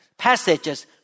Passages